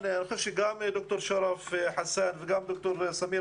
גם דוקטור שרף חסאן וגם דוקטור סמיר